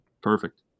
Perfect